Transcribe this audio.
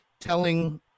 telling